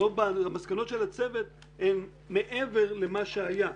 המסקנות של הצוות הן מעבר למה שהיה.